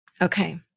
Okay